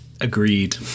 Agreed